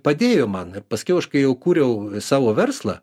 padėjo man ir paskiau aš kai jau kūriau savo verslą